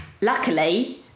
luckily